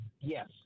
Yes